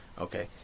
Okay